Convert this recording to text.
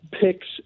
picks